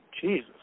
Jesus